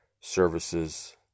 services